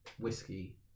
whiskey